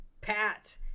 Pat